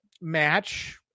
match